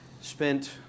spent